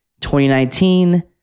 2019